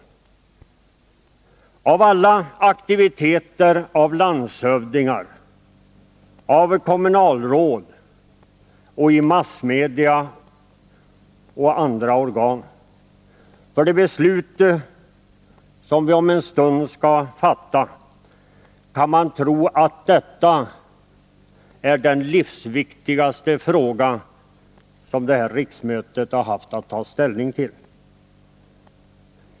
Efter all aktivitet från landshövdingars, kommunalråds, massmediers och andra organs sida med anledning av den fråga som vi om en stund skall fatta beslut om, kan man tro att detta är den livsviktigaste fråga som riksmötet har haft att ta ställning till.